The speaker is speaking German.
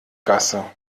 gasse